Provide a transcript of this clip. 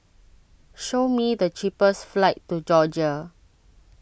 show me the cheapest flights to Georgia